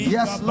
Yes